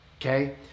okay